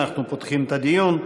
אנחנו פותחים את הדיון.